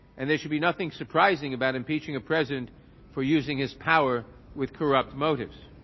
and they should be nothing surprising about impeaching a present for using his power with corrupt motives.